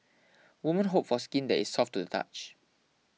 women hope for skin that is soft to the touch